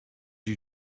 you